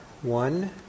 One